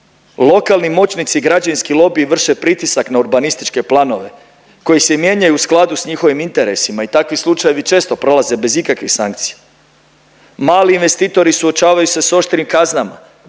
Lokalni moćnici i građevinski lobiji vrše pritisak na urbanističke planove koji se mijenjaju u skladu s njihovim interesima i takvi slučajevi često prolaze bez ikakvih sankcija. Mali investitori suočavaju s oštrim kaznama,